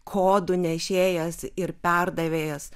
kodų nešėjas ir perdavėjas